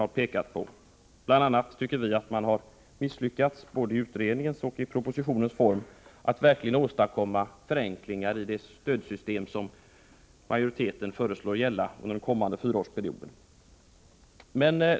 Vi tycker bl.a. att man både i utredningens och i propositionens form har misslyckats med att verkligen åstadkomma förenklingar i det stödsystem som majoriteten föreslår skall gälla under den kommande fyraårsperioden.